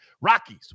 Rockies